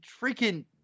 freaking